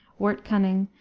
wort-cunning,